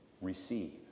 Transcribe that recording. Receive